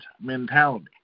mentality